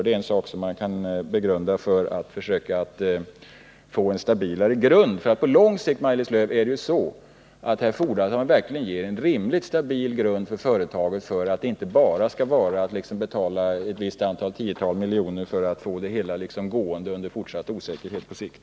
Det är en sak som man kan tänka på för att försöka få en stabilare grund. På lång sikt, Maj-Lis Lööw, fordras det ju att man verkligen ger en rimligt stabil grund för företaget, så att man inte bara skall betala ett visst antal miljoner för att få det hela gående under fortsatt osäkerhet på sikt.